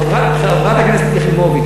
חברת הכנסת יחימוביץ,